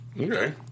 Okay